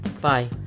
Bye